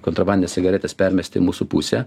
kontrabandines cigaretes permesti į mūsų pusę